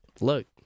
look